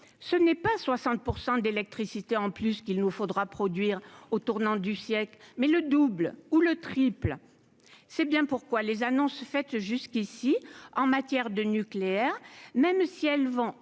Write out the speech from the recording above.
ce n'est pas 60 % d'électricité en plus qu'il nous faudra produire au tournant du siècle, mais le double ou le triple, c'est bien pourquoi les annonces faites jusqu'ici en matière de nucléaire, même si elles vont